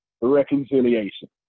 reconciliation